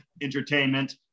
Entertainment